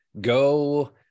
go